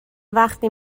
وقتی